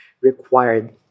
required